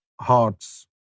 hearts